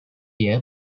year